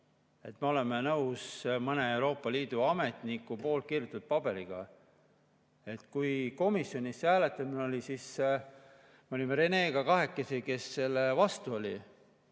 et me oleme nõus mõne Euroopa Liidu ametniku kirjutatud paberiga. Kui komisjonis hääletamine oli, siis me olime Renega kahekesi, kes selle vastu olid.